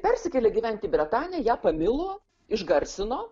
persikėlė gyventi į bretanę ją pamilo išgarsino